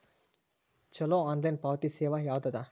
ಛಲೋ ಆನ್ಲೈನ್ ಪಾವತಿ ಸೇವಾ ಯಾವ್ದದ?